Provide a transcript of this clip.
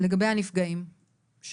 לגבי הנפגעים,